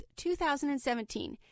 2017